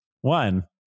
one